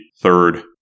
third